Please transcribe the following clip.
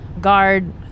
guard